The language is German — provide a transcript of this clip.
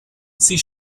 sie